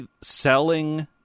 selling